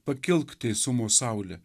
pakilk teisumo saule